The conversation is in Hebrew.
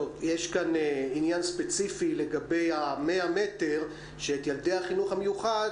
יש כאן עניין ספציפי לגבי ה-100 מטר שאת ילדי החינוך המיוחד